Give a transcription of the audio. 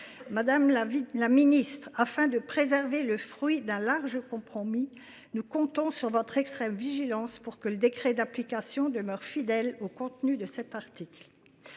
Madame la ministre, afin de préserver le fruit d’un large compromis, nous comptons sur votre extrême vigilance pour que le décret d’application demeure fidèle au contenu de cet article.